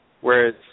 Whereas